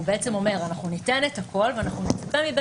הוא בעצם אומר שאנחנו ניתן את הכול ואנחנו נצפה מבית